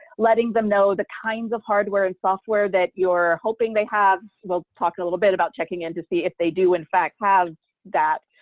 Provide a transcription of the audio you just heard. letting them know the kinds of hardware and software that you're hoping they have. we'll talk a little bit about checking in to see if they do in fact have that,